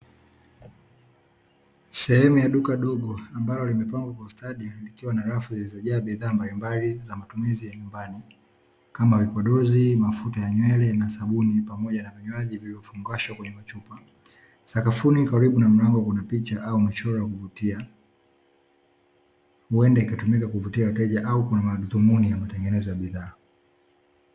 Sehemu ya duka dogo ambalo limepangwa kwa ustadi, likiwa na rafu zilizojaa bidhaa mbalimbali za matumizi ya nyumbani, kama vipodozi, mafuta ya nywele na sabuni, pamoja na vinywaji vilivyofungashwa kwenye machupa. Sakafuni karibu na mlango kuna picha au michoro ya kuvutia, uenda ikatumika kuvutia wateja au kuna madhumuni ya matengenezo ya bidhaa.